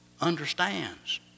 understands